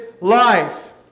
life